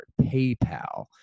PayPal